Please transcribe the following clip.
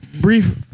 Brief